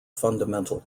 fundamental